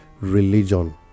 religion